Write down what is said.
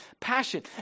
passion